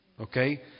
okay